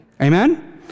Amen